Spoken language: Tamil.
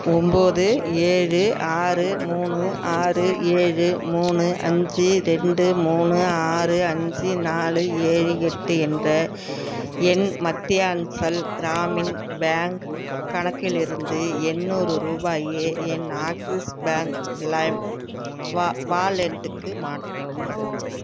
ஒம்பது ஏழு ஆறு மூணு ஆறு ஏழு மூணு அஞ்சு ரெண்டு மூணு ஆறு அஞ்சு நாலு ஏழு எட்டு என்ற என் மத்தியான்ச்சல் கிராமின் பேங்க் கணக்கிலிருந்து எண்நூறு ரூபாயை என் ஆக்ஸிஸ் பேங்க் லைம் வா வாலெட்டுக்கு மாற்றவும்